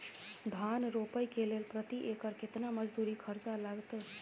धान रोपय के लेल प्रति एकर केतना मजदूरी खर्चा लागतेय?